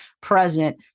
present